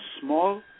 Small